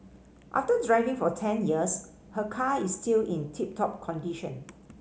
after driving for ten years her car is still in tip top condition